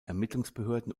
ermittlungsbehörden